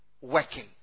working